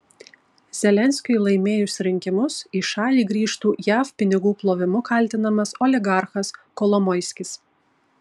zelenskiui laimėjus rinkimus į šalį grįžtų jav pinigų plovimu kaltinamas oligarchas kolomoiskis